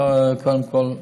קודם כול,